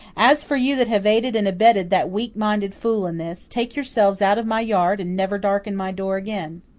as for you that have aided and abetted that weakminded fool in this, take yourselves out of my yard and never darken my door again.